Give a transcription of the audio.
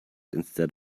instead